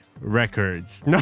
records